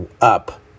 up